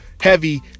heavy